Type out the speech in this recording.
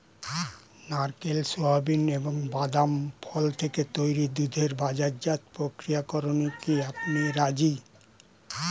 নারকেল, সোয়াবিন এবং বাদাম ফল থেকে তৈরি দুধের বাজারজাত প্রক্রিয়াকরণে কি আপনি রাজি?